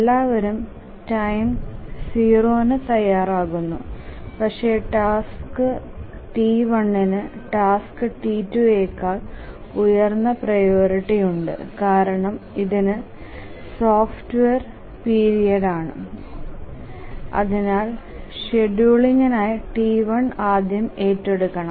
എല്ലാവരും ടൈം 0 ന് തയ്യാറാകുന്നു പക്ഷേ ടാസ്ക് T1 ന് ടാസ്ക് T2 യേക്കാൾ ഉയർന്ന പ്രിയോറിറ്റിയുണ്ട് കാരണം ഇതിന് സോഫ്റ്റർ പീരിയഡ് ആണ് അതിനാൽ ഷെഡ്യൂളിംഗിനായി T1 ആദ്യം ഏറ്റെടുക്കണം